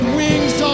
wings